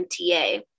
MTA